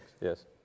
Yes